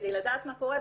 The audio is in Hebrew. כדי לדעת מה קורה.